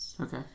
Okay